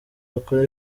bakora